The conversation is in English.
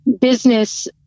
business